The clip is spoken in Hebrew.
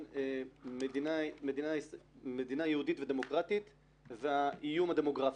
מדינה יהודית ודמוקרטית והאיום הדמוגרפי.